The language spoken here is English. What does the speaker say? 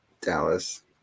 Dallas